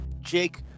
jake